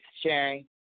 sharing